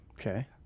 Okay